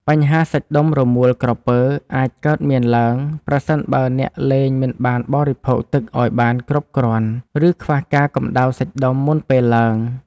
បញ្ហាសាច់ដុំរមួលក្រពើអាចកើតមានឡើង ប្រសិនបើអ្នកលេងមិនបានបរិភោគទឹកឱ្យបានគ្រប់គ្រាន់ ឬខ្វះការកម្ដៅសាច់ដុំមុនពេលឡើង។